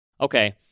okay